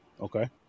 Okay